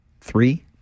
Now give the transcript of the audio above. Three